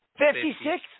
56